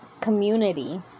Community